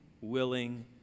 willing